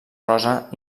rosa